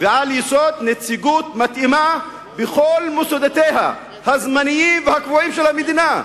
"ועל יסוד נציגות מתאימה בכל מוסדותיה הזמניים והקבועים של המדינה"